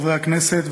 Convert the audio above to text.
חברי הכנסת,